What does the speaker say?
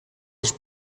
els